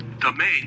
domain